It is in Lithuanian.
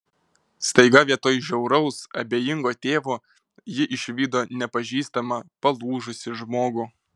staiga vietoj žiauraus abejingo tėvo ji išvydo nepažįstamą palūžusį žmogų